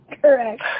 Correct